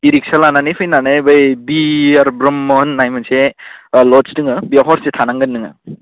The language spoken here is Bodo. इ रिक्सा लानानै फैनानै बै बि आर ब्रह्म होननाय मोनसे ल'ज दङ बेयाव हरसे थानांगोन नोङो